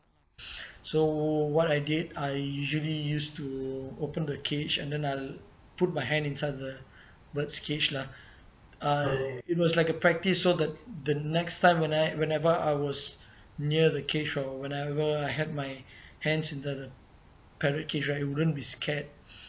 so what I did I usually used to open the cage and then I'll put my hand inside the bird's cage lah uh it was like a practise so that the next time when I whenever I was near the cage or whenever I had my hands into the parrot cage right it wouldn't be scared